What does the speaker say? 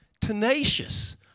tenacious